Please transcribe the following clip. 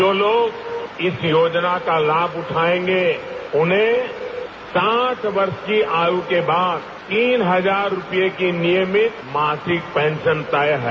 जो लोग इस योजना का लाभ उठाएंगे उनमें साठ वर्ष की आयु के बाद तीन हजार रूपए की नियमित मासिक पेंशन तय है